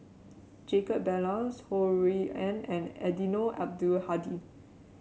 Jacob Ballas Ho Rui An and Eddino Abdul Hadi